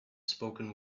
spoken